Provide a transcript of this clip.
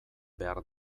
behar